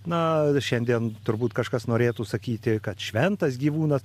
na šiandien turbūt kažkas norėtų sakyti kad šventas gyvūnas